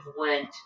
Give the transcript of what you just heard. went